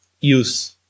use